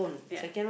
ya